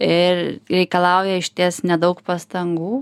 ir reikalauja išties nedaug pastangų